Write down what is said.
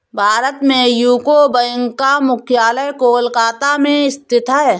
भारत में UCO bank का मुख्यालय कोलकाता में स्थित है